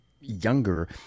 younger